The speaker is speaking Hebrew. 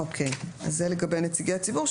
אוקיי, אז זה לגבי נציגי ציבור.